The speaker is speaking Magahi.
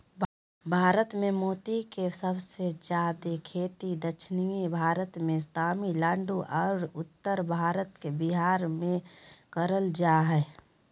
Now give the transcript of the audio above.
भारत मे मोती के सबसे जादे खेती दक्षिण भारत मे तमिलनाडु आरो उत्तर भारत के बिहार मे करल जा हय